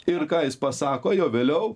ir ką jis pasako jo vėliau